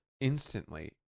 instantly